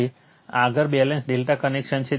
હવે આગળ balance ∆ connection છે